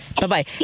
Bye-bye